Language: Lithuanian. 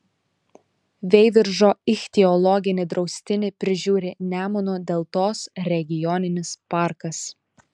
veiviržo ichtiologinį draustinį prižiūri nemuno deltos regioninis parkas